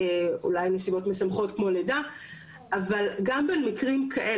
אבל גם במקרים כאלה יכול להיות שהעובד אומנם חלה עליו חובה